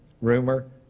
rumor